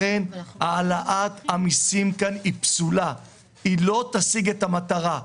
לכן העלאת המסים כאן היא פסולה והיא לא תשיג את המטרה.